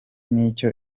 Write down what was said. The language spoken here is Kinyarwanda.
n’icyo